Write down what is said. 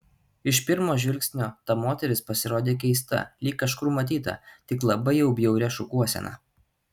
iš pirmo žvilgsnio ta moteris pasirodė keista lyg kažkur matyta tik labai jau bjauria šukuosena